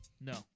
No